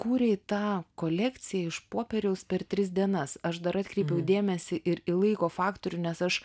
kūrei tą kolekciją iš popieriaus per tris dienas aš dar atkreipiau dėmesį ir į laiko faktorių nes aš